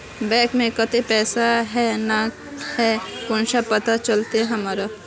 Bank में केते पैसा है ना है कुंसम पता चलते हमरा?